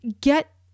get